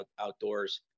outdoors